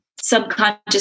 subconscious